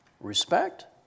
respect